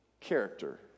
character